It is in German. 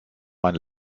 mein